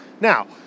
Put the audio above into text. Now